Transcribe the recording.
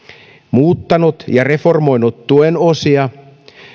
muuttanut ja reformoinut tuen osia